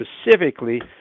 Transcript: specifically